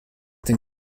den